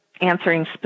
answering